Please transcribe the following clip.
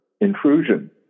intrusion